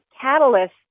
Catalyst